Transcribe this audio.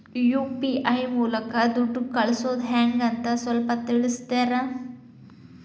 UPI ಮೂಲಕ ದುಡ್ಡು ಕಳಿಸೋದ ಹೆಂಗ್ ಅಂತ ಸ್ವಲ್ಪ ತಿಳಿಸ್ತೇರ?